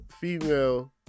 female